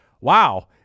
wow